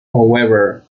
however